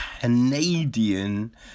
Canadian